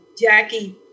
Jackie